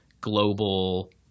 global –